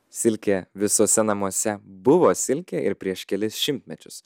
silkė visuose namuose buvo silkė ir prieš kelis šimtmečius